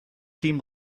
team